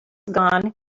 gone